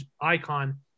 icon